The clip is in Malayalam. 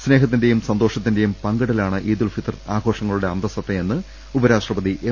സ്നേഹത്തിന്റെയും സന്തോഷത്തിന്റെയും പങ്കിടലാണ് ഈദുൽഫിത്വർ ആഘോഷങ്ങളുടെ അന്തസത്തയെന്ന് ഉപ രാഷ്ട്രപതി എം